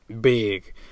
big